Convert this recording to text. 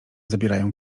zabierają